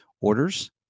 orders